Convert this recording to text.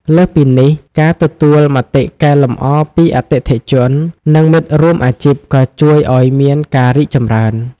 លើសពីនេះ ការទទួលមតិកែលម្អពីអតិថិជន និងមិត្តរួមអាជីពក៏ជួយឱ្យមានការរីកចម្រើន។